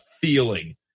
feeling